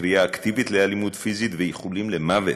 קריאה אקטיבית לאלימות פיזית ואיחולים למוות.